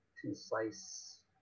concise